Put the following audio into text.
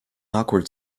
awkward